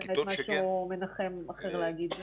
אין לי באמת משהו מנחם אחר להגיד.